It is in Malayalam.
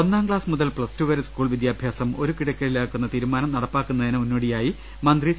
ഒന്നാം ക്ലാസ് മുതൽ പ്ലസ് ടു വരെ സ്കൂൾ വിദ്യാഭ്യാസം ഒരു കുടക്കീഴിലാക്കുന്ന തീരുമാനം നടപ്പാക്കുന്നതിന് മുന്നോടിയായി മന്ത്രി സി